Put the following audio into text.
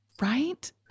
Right